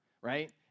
right